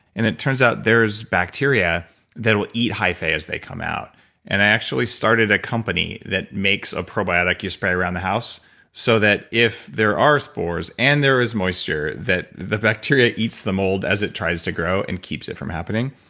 and it turns out there is bacteria that will eat hyphae as they come out and i actually started a company that makes a probiotic you spray around the house so that if there are spores, and there is moisture, that the bacteria eats the mold as it tries to grow and keeps it from happening,